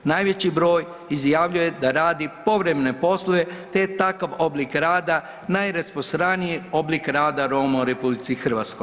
Najveći broj izjavljuje da radi povremene poslove, te takav oblik rada je najrasprostraniji oblik rada Roma u RH.